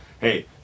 hey